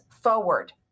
forward